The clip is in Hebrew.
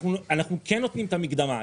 אנחנו כן נותנים את המקדמה,